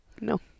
No